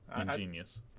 Ingenious